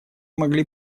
могли